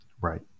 Right